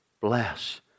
bless